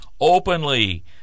openly